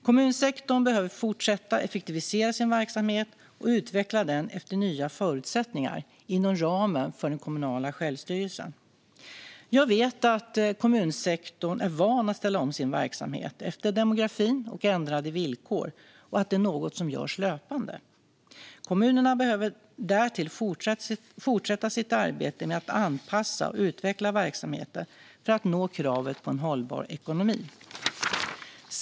Kommunsektorn behöver fortsätta effektivisera sin verksamhet och utveckla den efter nya förutsättningar, inom ramen för den kommunala självstyrelsen. Jag vet att kommunsektorn är van att ställa om sin verksamhet efter demografin och ändrade villkor, och att det är något som görs löpande. Kommunerna behöver därtill fortsätta sitt arbete med att anpassa och utveckla verksamheten för att nå kravet på en hållbar ekonomi.